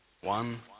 one